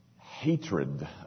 hatred